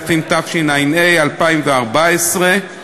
התשע"ה 2014,